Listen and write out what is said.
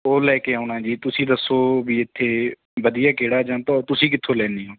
ਉਹ ਲੈ ਕੇ ਆਉਣਾ ਜੀ ਤੁਸੀਂ ਦੱਸੋ ਵੀ ਇੱਥੇ ਵਧੀਆ ਕਿਹੜਾ ਜਾਂ ਤਾ ਤੁਸੀਂ ਕਿੱਥੋਂ ਲੈਂਦੇ ਹੋ